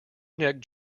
neck